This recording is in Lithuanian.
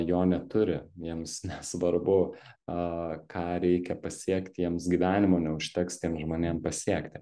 jo neturi jiems svarbu a ką reikia pasiekti jiems gyvenimo neužteks tiem žmonėm pasiekti